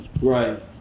Right